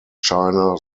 china